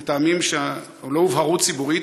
מטעמים שלא הובהרו ציבורית,